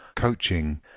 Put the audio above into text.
coaching